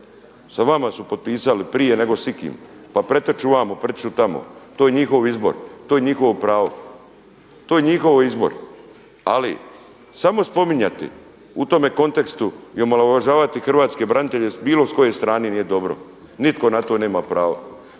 sa vama su potpisali prije nego s ikim, pa pretrču vamo, pretrču tamo to je njihov izbor, to je njihovo pravo, to je njihov izbor. Ali samo spominjati u tome kontekstu i omalovažavati hrvatske branitelje bilo s koje strane nije dobro, nitko na to nema pravo.